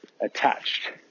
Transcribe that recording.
attached